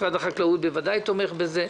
משרד החקלאות בוודאי תומך בזה.